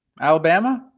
Alabama